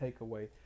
takeaway